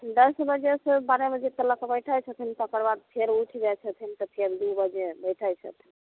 दश बजे से बारह बजे तक बैठै छथिन तऽ ओकर बाद फेर उठि जाइ छथिन तऽ फेन दू बजे बैठै छथिन